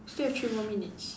still have three more minutes